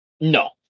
No